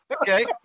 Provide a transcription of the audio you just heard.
Okay